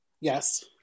Yes